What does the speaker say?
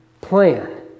plan